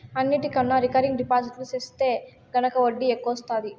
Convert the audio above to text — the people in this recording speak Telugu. అన్నిటికన్నా రికరింగ్ డిపాజిట్టు సెత్తే గనక ఒడ్డీ ఎక్కవొస్తాది